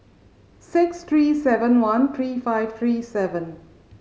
six three seven one three five three seven